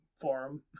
forum